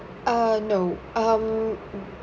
uh no um